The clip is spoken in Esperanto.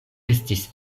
estis